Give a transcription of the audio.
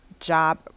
job